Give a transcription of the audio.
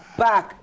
back